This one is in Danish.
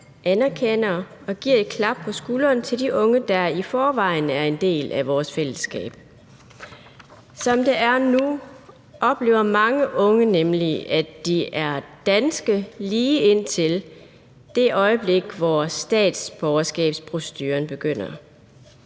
anerkender og giver et klap på skulderen til de unge, der i forvejen er en del af vores fællesskab. Som det er nu, oplever mange unge nemlig, at de er danske, lige indtil det øjeblik, hvor statsborgerskabsproceduren begynder.